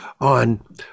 on